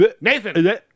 Nathan